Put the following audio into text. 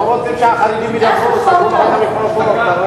לא רוצים שהחרדים ידברו, סגרו את המיקרופון.